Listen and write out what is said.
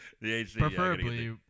preferably